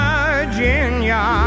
Virginia